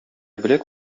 беләк